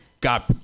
got